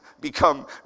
become